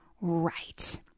right